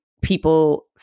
people